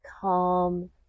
calm